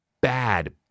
Bad